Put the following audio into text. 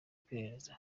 iperereza